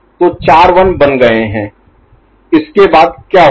तो चार 1 बन गए हैं इसके बाद क्या होगा